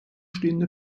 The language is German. stehende